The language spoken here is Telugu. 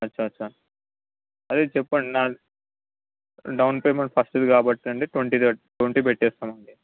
అచ్చ అచ్చ అదే చెప్పండి నా డౌన్ పేమెంట్ ఫస్ట్ది కాబట్టి అండి ట్వంటీ ట్వంటీ పెట్టేస్తాం అండి